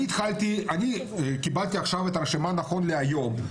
אני קיבלתי עכשיו את הרשימה נכון להיום,